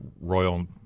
Royal